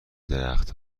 درخت